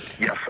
Yes